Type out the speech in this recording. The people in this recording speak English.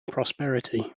prosperity